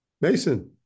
Mason